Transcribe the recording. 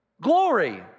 glory